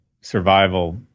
survival